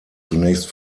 zunächst